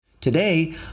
Today